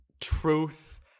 truth